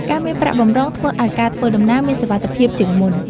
ការមានប្រាក់បម្រុងធ្វើឱ្យការធ្វើដំណើរមានសុវត្ថិភាពជាងមុន។